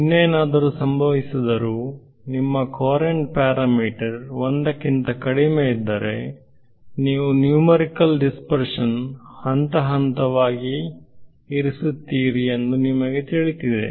ಇನ್ನೇನಾದರೂ ಸಂಭವಿಸಿದರೂ ನಿಮ್ಮ ಕೊರಂಟ್ ಪ್ಯಾರಾಮೀಟರ್ 1 ಕ್ಕಿಂತ ಕಡಿಮೆಯಿದ್ದರೆ ನೀವು ನ್ಯೂಮರಿಕಲ್ ದಿಸ್ಪರ್ಶನ್ ಹಂತ ಹಂತವಾಗಿರಿಸುತ್ತೀರಿ ಎಂದು ನಿಮಗೆ ತಿಳಿದಿದೆ